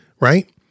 right